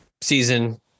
season